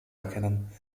erkennen